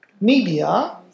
media